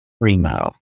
primo